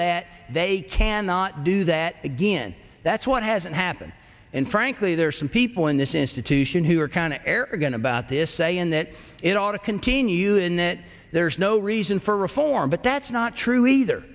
that they cannot do that again that's what has happened and frankly there are some people in this institution who are kind of arrogant about this saying that it ought to continue in that there is no reason for reform but that's not true either